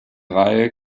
reihe